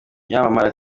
yamamara